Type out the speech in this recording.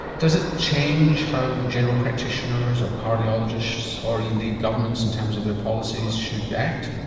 does it change how general practitioners or cardiologists or indeed governments in terms of their policies should act?